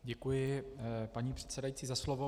Děkuji, paní předsedající, za slovo.